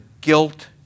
guilt